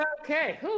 okay